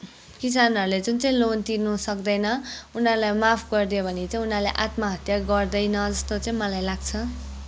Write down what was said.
किसानहरूले जुन चाहिँ लोन तिर्न सक्दैन उनीहरूलाई माफ गरिदियो भने चाहिँ उनीहरूले आत्महत्या गर्दैन जस्तो चाहिँ मलाई लाग्छ